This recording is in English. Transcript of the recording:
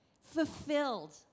fulfilled